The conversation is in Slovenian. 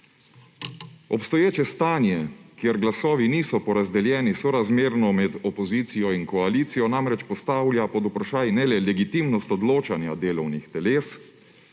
Obstoječe stanje, kjer glasovi niso porazdeljeni sorazmerno med opozicijo in koalicijo, namreč postavlja pod vprašaj ne le legitimnost odločanja delovnih teles,